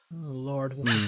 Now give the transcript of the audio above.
Lord